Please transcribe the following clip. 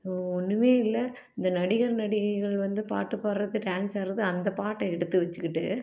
ஒன்றுமே இல்லை இந்த நடிகர் நடிகைகள் வந்து பாட்டு பாடுறது டான்ஸ் ஆடுறது அந்த பாட்டை எடுத்து வச்சுக்கிட்டு